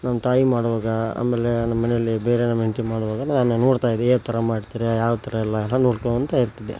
ನಮ್ಮ ತಾಯಿ ಮಾಡುವಾಗ ಆಮೇಲೆ ನಮ್ಮ ಮನೆಯಲ್ಲಿ ಬೇರೆ ನಮ್ಮ ಹೆಂಡ್ತಿ ಮಾಡುವಾಗ ನಾನು ನೋಡ್ತಾ ಇದ್ದೆ ಎ ಥರ ಮಾಡ್ತಾರೆ ಯಾವ ಥರಯೆಲ್ಲ ನೋಡ್ಕೊತ ಇರ್ತಿದ್ದೆ